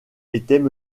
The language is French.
étaient